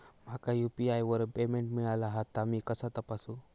माका यू.पी.आय वर पेमेंट मिळाला हा ता मी कसा तपासू?